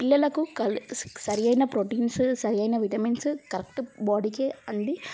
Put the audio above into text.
పిల్లలకు సరి అయిన ప్రోటీన్స్ సరి అయిన విటమిన్స్ కరెక్ట్ బాడీకి అంది